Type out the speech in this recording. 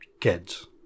kids